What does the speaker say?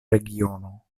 regiono